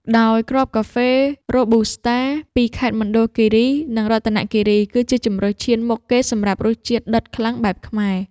ដោយគ្រាប់កាហ្វេរ៉ូប៊ូស្តា ពីខេត្តមណ្ឌលគីរី និងរតនគីរី គឺជាជម្រើសឈានមុខគេសម្រាប់រសជាតិដិតខ្លាំងបែបខ្មែរ។